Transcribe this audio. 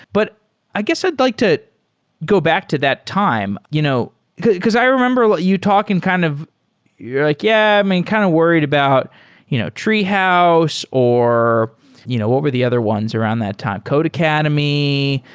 but i guess i'd like to go back to that time. you know because because i remember you talking kind of yeah like, yeah. i mean, kind of worried about you know treehouse or you know what were the other ones around that time? code academy,